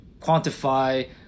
quantify